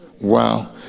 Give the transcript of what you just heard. Wow